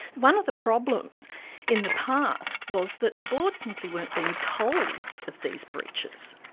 one of the problems in the past was that the board simply weren't being told of these breaches,